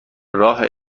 راه